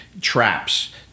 traps